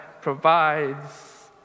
provides